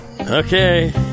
Okay